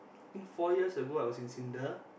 I think four years ago I was in Syndra